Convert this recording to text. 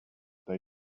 they